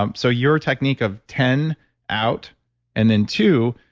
um so your technique of ten out and then two,